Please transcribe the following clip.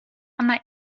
гына